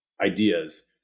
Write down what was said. ideas